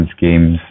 games